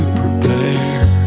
prepare